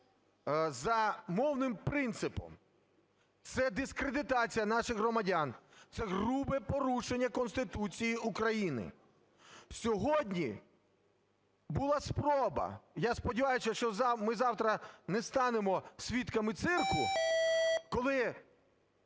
за мовним принципом. Це дискредитація наших громадян. Це грубе порушення Конституції України. Сьогодні була спроба, я сподіваюся, що ми завтра не станемо свідками цирку, коли